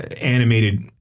animated